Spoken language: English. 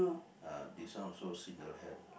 ah this one also single hand